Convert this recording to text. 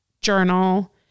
journal